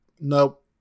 nope